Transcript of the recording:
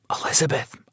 Elizabeth